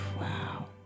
Wow